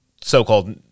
so-called